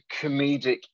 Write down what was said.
comedic